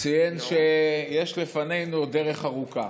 ציין שיש לפנינו עוד דרך ארוכה.